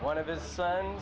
one of his son